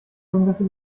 irgendwelche